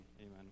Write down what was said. Amen